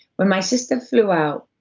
when my sister flew out,